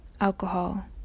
alcohol